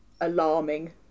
alarming